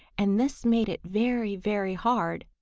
and this made it very, very hard,